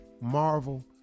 Marvel